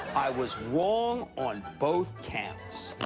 i was wrong on both counts.